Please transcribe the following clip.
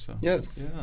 Yes